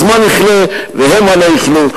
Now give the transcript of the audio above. הזמן יכלה והמה לא יכלו.